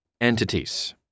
entities